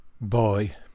boy